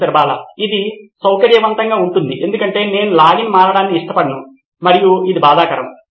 professor Bala ఇది సౌకర్యవంతంగా ఉంటుంది ఎందుకంటే నేను లాగిన్ మారడాన్ని ఇష్టపడను మరియు అది బాధాకరం